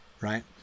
right